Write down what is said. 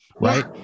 Right